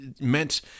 meant